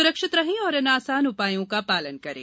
स्रक्षित रहें और इन आसान उप्रायों का शालन करें